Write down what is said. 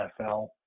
NFL